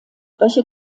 welche